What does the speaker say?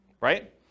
Right